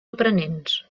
aprenents